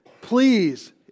please